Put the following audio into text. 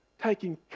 taking